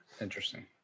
Interesting